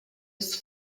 ist